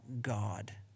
God